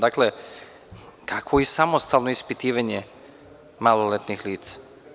Dakle, kakvo samostalno ispitivanje maloletnih lica?